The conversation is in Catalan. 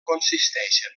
consisteixen